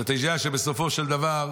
כשאתה יודע שבסופו של דבר,